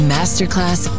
Masterclass